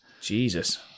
Jesus